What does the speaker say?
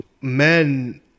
men